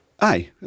aye